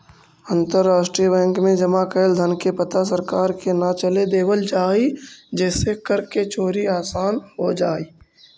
अंतरराष्ट्रीय बैंक में जमा कैल धन के पता सरकार के न चले देवल जा हइ जेसे कर के चोरी आसान हो जा हइ